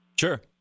Sure